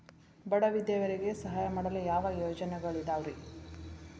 ಬಡ ವಿಧವೆಯರಿಗೆ ಸಹಾಯ ಮಾಡಲು ಯಾವ ಯೋಜನೆಗಳಿದಾವ್ರಿ?